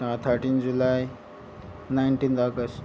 thirteen July nineteenth August